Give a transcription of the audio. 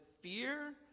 fear